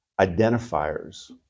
identifiers